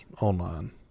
online